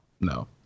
No